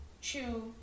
chew